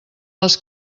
les